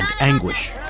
anguish